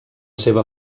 seva